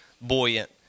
buoyant